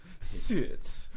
Sit